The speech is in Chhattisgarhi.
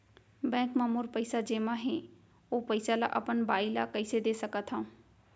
बैंक म मोर पइसा जेमा हे, ओ पइसा ला अपन बाई ला कइसे दे सकत हव?